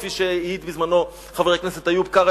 כפי שהעיד בזמנו חבר הכנסת איוב קרא,